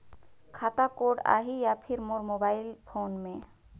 खाता कोड आही या फिर मोर मोबाइल फोन मे?